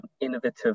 innovative